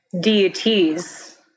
deities